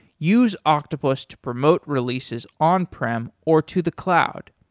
use octopus to promote releases on-prem or to the cloud.